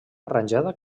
arranjada